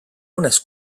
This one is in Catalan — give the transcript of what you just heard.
unes